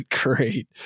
great